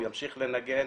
הוא ימשיך לנגן,